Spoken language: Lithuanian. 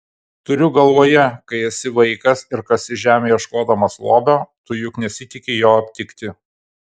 turiu galvoje kai esi vaikas ir kasi žemę ieškodamas lobio tu juk nesitiki jo aptikti